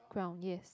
ground yes